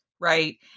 right